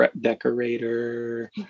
decorator